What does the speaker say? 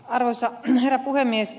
arvoisa herra puhemies